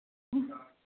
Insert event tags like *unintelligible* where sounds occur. *unintelligible*